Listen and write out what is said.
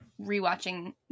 rewatching